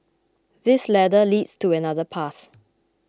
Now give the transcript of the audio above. this ladder leads to another path